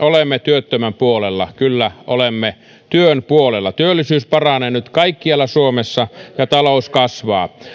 olemme työttömän puolella kyllä olemme työn puolella työllisyys paranee nyt kaikkialla suomessa ja talous kasvaa